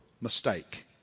mistake